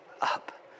up